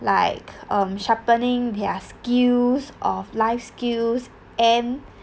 like um sharpening their skills of life skills and